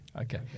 Okay